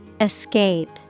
Escape